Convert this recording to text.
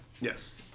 Yes